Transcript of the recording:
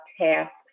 tasks